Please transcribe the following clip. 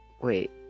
Wait